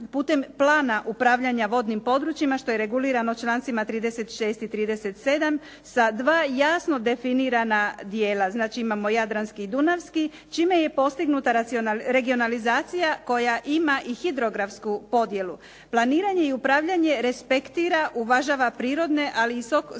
putem plana upravljanja vodnim područjima što je regulirano člancima 36. i 37. sa 2 jasno definirana dijela. Znači imao Jadranski i Dunavski čime je postignuta regionalizacija koja ima i hidrografsku podjelu. Planiranja i upravljanje respektira, uvažava prirodne, ali i